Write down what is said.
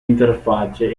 interfacce